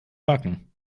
backen